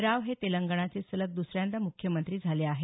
राव हे तेलंगणाचे सलग द्सऱ्यांदा मुख्यमंत्री झाले आहेत